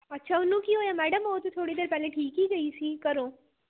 ਅੱਛਾ ਉਹਨੂੰ ਕੀ ਹੋਇਆ ਮੈਡਮ ਉਹ ਤਾਂ ਥੋੜ੍ਹੀ ਦੇਰ ਪਹਿਲੇ ਠੀਕ ਹੀ ਗਈ ਸੀ ਘਰੋਂ